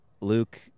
Luke